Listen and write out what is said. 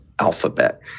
Alphabet